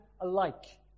alike